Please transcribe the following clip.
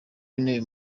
w’intebe